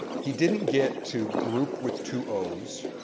he didn't get to group with two os